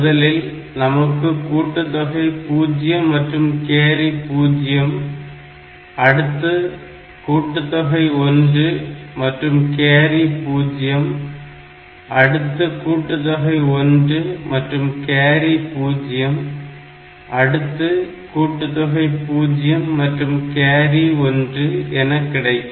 முதலில் நமக்கு கூட்டுதொகை 0 மற்றும் கேரி 0 அடுத்து கூட்டுதொகை 1 மற்றும் கேரி 0 அடுத்து கூட்டுதொகை 1 மற்றும் கேரி 0 அடுத்து கூட்டுதொகை 0 மற்றும் கேரி 1 என கிடைக்கும்